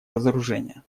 разоружения